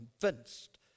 convinced